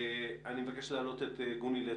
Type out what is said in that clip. גוני לצטר,